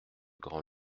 grand